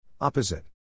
Opposite